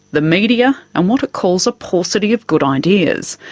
the media, and what it calls a paucity of good ideas.